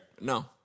No